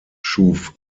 schuf